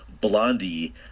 Blondie